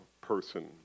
person